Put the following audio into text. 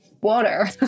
water